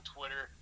Twitter